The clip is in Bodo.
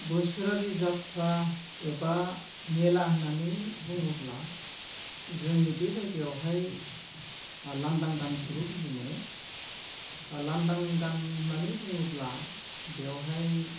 बोसोरारि जाथ्रा एबा मेला होननानै बुङोब्ला जोंनि बे जायगायावहाय लांदां गानखौबो बुजिमोनो लांदां गान होननानै बुङोब्ला बेयावहाय